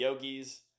yogis